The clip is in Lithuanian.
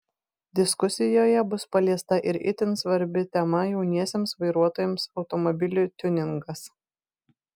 diskusijoje bus paliesta ir itin svarbi tema jauniesiems vairuotojams automobilių tiuningas